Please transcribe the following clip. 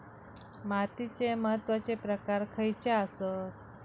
मातीचे महत्वाचे प्रकार खयचे आसत?